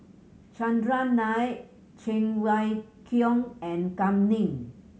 Chandran Nair Cheng Wai Keung and Kam Ning